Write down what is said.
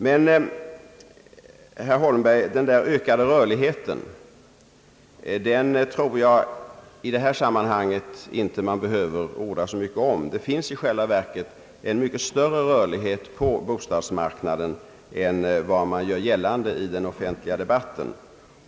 Men, herr Holmberg, den där ökade rörligheten tror jag inte att man i detta sammanhang behöver orda så mycket om. Det finns i själva verket en mycket större rörlighet på bostadsmarknaden än vad man gör gällande i den offentliga debatten.